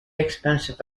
expensive